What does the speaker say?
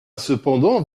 cependant